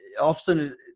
often